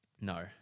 No